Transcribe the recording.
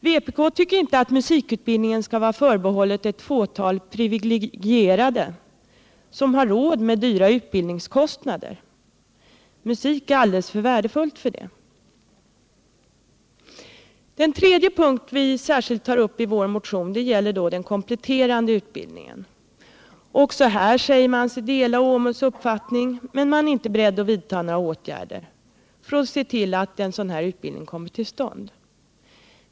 Vpk tycker inte att musikutbildningen skall vara förbehållen ett fåtal privilegierade som har råd med höga utbildningskostnader —- musik är alldeles för värdefullt för det. Den tredje punkt som vi särskilt tar upp i vår motion gäller den kompletterande utbildningen. Också här säger sig utskottet dela OMUS uppfattning, men man är inte beredd att vidta några åtgärder för att se till att en sådan utbildning kommer till stånd.